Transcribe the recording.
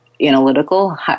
analytical